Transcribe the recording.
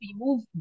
remove